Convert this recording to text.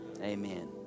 Amen